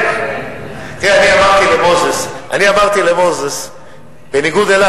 אני אמרתי למוזס: בניגוד אליו,